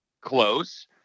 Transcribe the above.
close